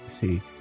See